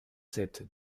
sept